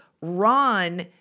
Ron